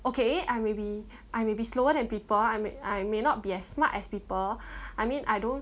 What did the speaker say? okay I may be I may be slower than people I may I may not be as smart as people I mean I don't